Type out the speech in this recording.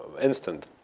instant